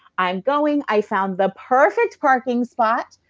i'm going. i found the perfect parking spot,